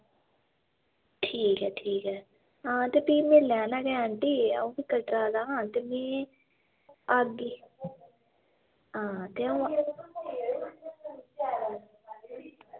ठीक ऐ ठीक ऐ हां ते फ्ही में लैना गै आंटी अ'ऊं फ्ही कटरा दा आं ते मिगी आह्गी हां ते अ'ऊं